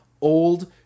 old